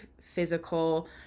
physical